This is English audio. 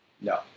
no